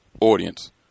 audience